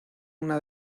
una